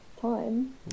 time